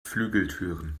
flügeltüren